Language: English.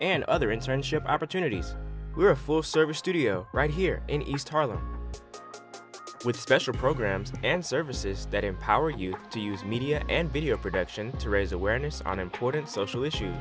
and other internship opportunities we're a full service studio right here in east harlem with special programs and services that empower you to use media and video production to raise awareness on important social issues